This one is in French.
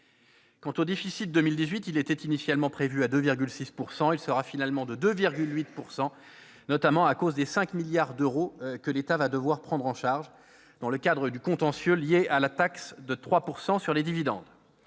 Quant au déficit 2018, il était initialement prévu à 2,6 %. Il sera finalement de 2,8 %, notamment à cause des 5 milliards d'euros que l'État devra prendre en charge dans le cadre du contentieux lié à la taxe de 3 % sur les dividendes.